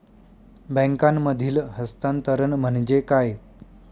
बँकांमधील हस्तांतरण म्हणजे काय?